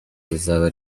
rizaba